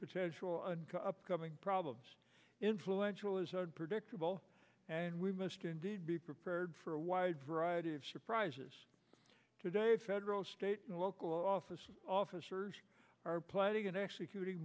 potential and upcoming problems influential is predictable and we must indeed be prepared for a wide variety of surprises today federal state and local office officers are planning and